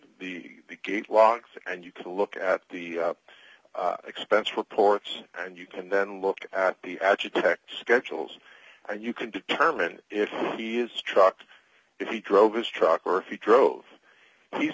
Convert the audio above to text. the the gate logs and you can look at the expense reports and you can then look at the edge of text schedules and you can determine if he is struck if he drove his truck or if you drove he's